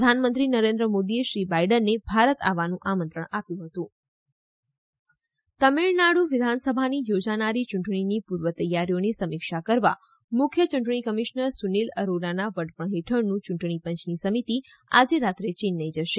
પ્રધાનમંત્રી નરેન્દ્ર મોદીએ શ્રી બાઇડેનને ભારત આવવાનું આમંત્રણ આપ્યું હતું યૂંટણી પંચ તમિલનાડુ તમીળનાડુ વિધાનસભાની યોજાનારી યૂંટણીની પૂર્વ તૈયારીઓની સમીક્ષા કરવા મુખ્ય યૂંટણી કમીશનર સુનીલ અરોરાના વડપણ હેઠળનું યૂંટણીપંચની સમિતી આજે રાત્રે ચેન્નાઇ જશે